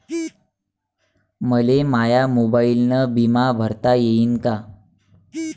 मले माया मोबाईलनं बिमा भरता येईन का?